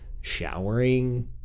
showering